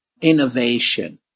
innovation